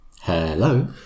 Hello